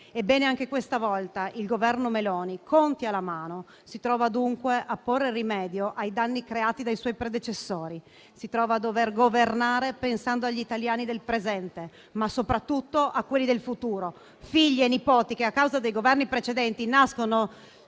Ebbene, anche questa volta il Governo Meloni, conti alla mano, si trova dunque a porre rimedio ai danni creati dai suoi predecessori, a dover governare pensando agli italiani del presente, ma soprattutto a quelli del futuro, figli e nipoti che a causa dei Governi precedenti nascono